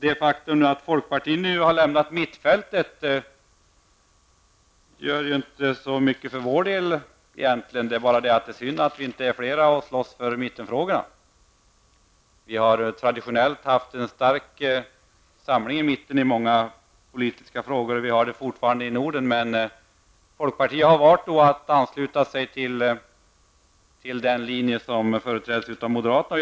Det faktum att folkpartiet nu har lämnat mittfältet gör egentligen inte så mycket för vår del, förutom att det är synd att vi inte är fler som slåss för mittenfrågorna. Vi har traditionellt haft en stark samling i mitten i många politiska frågor, och vi har det fortfarande i Norden. Folkpartiet har valt att ansluta sig till den linje som företräds av moderaterna.